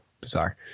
bizarre